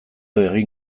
egin